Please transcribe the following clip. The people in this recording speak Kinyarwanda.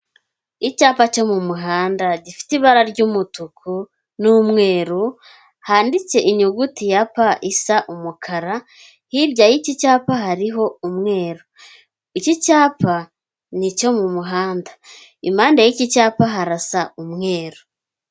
Icyapa cyo mu muhanda gifite ibara ry'umutuku n'umweru handitse inyuguti ya p isa umukara hirya y'iki cyapa hariho umweru iki cyapa n'icyo mu muhanda impande y'iki cyapa harasa umweru.